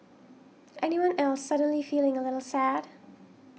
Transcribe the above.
anyone else suddenly feeling a little sad